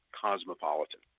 cosmopolitan